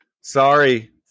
Sorry